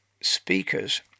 speakers